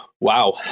Wow